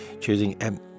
Choosing